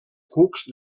cucs